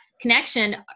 connection